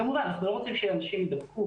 כמובן אנחנו לא רוצים שאנשים ידבקו,